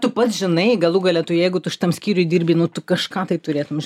tu pats žinai galų gale tu jeigu tu šitam skyriuj dirbi nu tu kažką tai turėtum ž